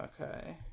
Okay